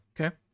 Okay